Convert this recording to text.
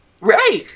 Right